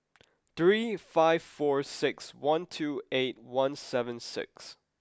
three five four six one two eight one seven six